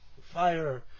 fire